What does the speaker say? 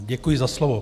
Děkuji za slovo.